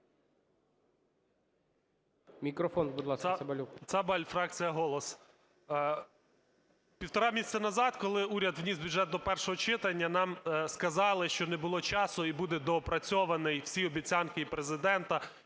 Мікрофон, будь ласка, Цабалю.